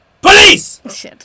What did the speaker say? police